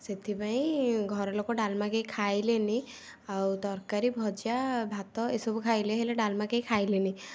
ସେଥିପାଇଁ ଘରଲୋକ ଡାଲମା କେହି ଖାଇଲେନି ଆଉ ତରକାରୀ ଭଜା ଭାତ ଏସବୁ ଖାଇଲେ ହେଲେ ଡାଲମା କେହି ଖାଇଲେନି